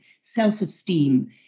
self-esteem